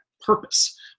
purpose